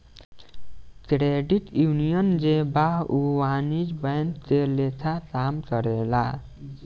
credit union जे बा उ वाणिज्यिक बैंक के लेखा काम करेला